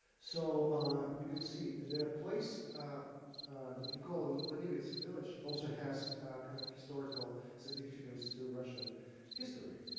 so ah you can see their place. nikola-lenivets village also has kind of historical significance to russian history.